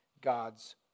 God's